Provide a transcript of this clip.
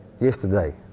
yesterday